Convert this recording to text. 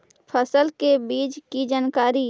फसल के बीज की जानकारी?